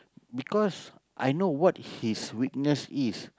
because I know what his weakness is